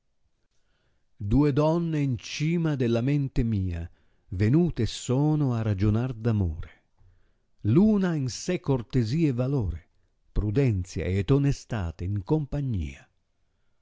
xjue donne in cima de la mente mia venule sono a ragionar d'amore l una ha in se cortesia e valore prudenzia et onestate n compagnia